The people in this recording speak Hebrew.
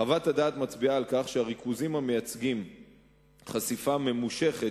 חוות הדעת מצביעה על כך שהריכוזים המייצגים חשיפה ממושכת